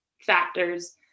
factors